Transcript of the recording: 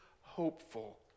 hopeful